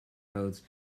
roads